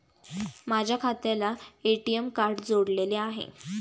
माझ्या खात्याला ATM card जोडलेले आहे